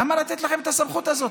למה לתת לכם את הסמכות הזאת?